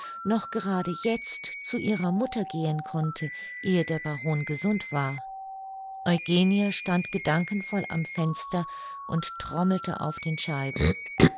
noch gerade jetzt zu ihrer mutter gehen konnte ehe der baron gesund war eugenie stand gedankenvoll am fenster und trommelte auf den scheiben